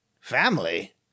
Family